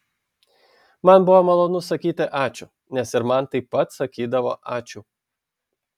man buvo malonu sakyti ačiū nes ir man taip pat sakydavo ačiū